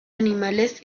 animales